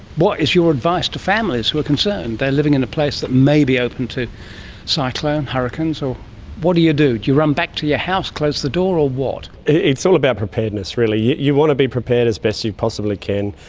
what is your advice to families who are concerned? they're living in a place that may be open to cyclone, hurricanes, what do you do? do you run back to your house, close the door, or what? it's all about preparedness really. you want to be prepared as best you possibly can.